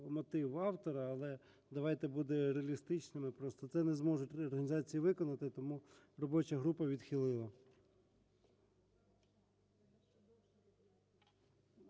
мотив автора, але давайте будемо реалістичними просто, це не зможуть організації виконати, тому робоча група відхилила.